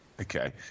Okay